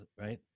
right